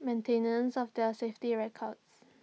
maintenance of their safety records